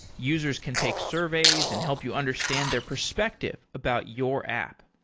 users can take surveys and help you understand their perspective about your app.